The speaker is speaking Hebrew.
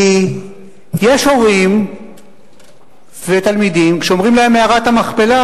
כי יש הורים ותלמידים, כשאומרים להם מערת המכפלה,